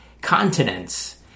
continents